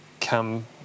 come